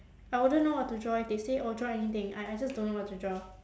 I wouldn't know what to draw if they say oh draw anything I I just don't know what to draw